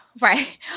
Right